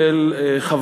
וקולעת, והמבין יבין.